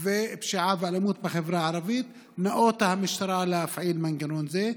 ופשיעה ואלימות בחברה הערבית ניאותה המשטרה להפעיל מנגנון זה.